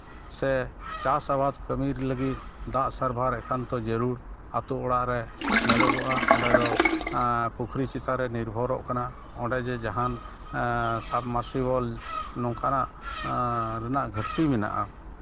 ᱥᱮ ᱪᱟᱥ ᱟᱵᱟᱫ ᱠᱟᱹᱢᱤ ᱞᱟᱹᱜᱤᱫ ᱫᱟᱜ ᱥᱟᱨᱵᱷᱟᱨ ᱮᱠᱟᱱᱛᱩ ᱡᱟᱹᱨᱩᱲ ᱟᱛᱳ ᱚᱲᱟᱜ ᱨᱮ ᱧᱮᱞᱚᱜᱚᱜᱼᱟ ᱚᱸᱰᱮ ᱫᱚ ᱯᱩᱠᱷᱨᱤ ᱪᱮᱛᱟᱱ ᱨᱮ ᱱᱤᱨᱵᱷᱚᱨᱚᱜ ᱠᱟᱱᱟ ᱚᱸᱰᱮ ᱡᱮ ᱡᱟᱦᱟᱱ ᱥᱟᱵᱼᱢᱟᱨᱥᱤᱵᱮᱞ ᱱᱚᱝᱠᱟᱱᱟᱜ ᱨᱮᱱᱟᱜ ᱜᱷᱟᱹᱴᱛᱤ ᱢᱮᱱᱟᱜᱼᱟ